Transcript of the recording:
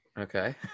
Okay